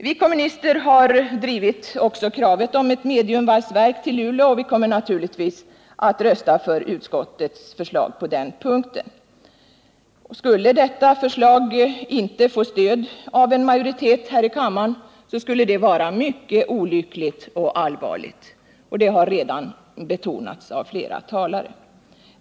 Vi kommunister har drivit kravet om ett mediumvalsverk till Luleå, och vi kommer naturligtvis att rösta för detta förslag. Det vore mycket olyckligt och allvarligt om förslaget inte fick stöd av en majoritet här i kammaren. Det har redan betonats av flera talare.